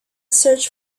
search